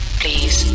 please